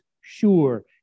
sure